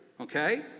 Okay